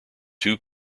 two